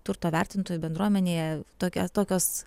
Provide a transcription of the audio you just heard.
turto vertintojų bendruomenėje tokia tokios